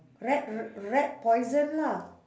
rat r~ rat poison lah